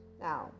now